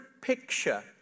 picture